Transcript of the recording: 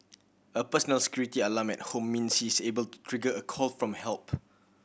a personal security alarm at home means she is able to trigger a call for help